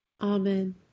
Amen